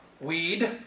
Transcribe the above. weed